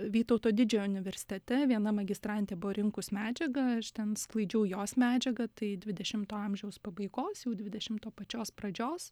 vytauto didžiojo universitete viena magistrantė buvo rinkus medžiagą aš ten sklaidžiau jos medžiagą tai dvidešimto amžiaus pabaigos jau dvidešimto pačios pradžios